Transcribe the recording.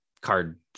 card